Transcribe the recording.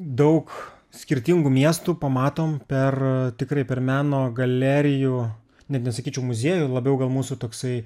daug skirtingų miestų pamatom per tikrai per meno galerijų net nesakyčiau muziejų labiau gal mūsų toksai